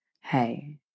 hey